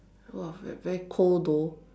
!wah! like very cold though